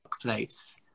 place